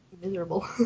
miserable